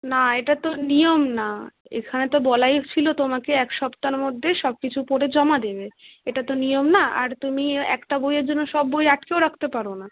না এটা তো নিয়ম না এখানে তো বলাই ছিলো তোমাকে এক সপ্তাহর মধ্যে সব কিছু পড়ে জমা দেবে এটা তো নিয়ম না আর তুমি একটা বইয়ের জন্য সব বই আটকেও রাখতে পারো না